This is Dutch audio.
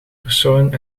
persoon